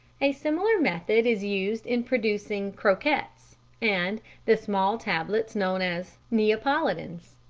a similar method is used in producing croquettes and the small tablets known as neapolitans.